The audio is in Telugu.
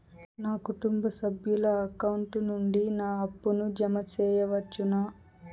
నా కుటుంబ సభ్యుల అకౌంట్ నుండి నా అప్పును జామ సెయవచ్చునా?